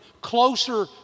closer